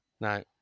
No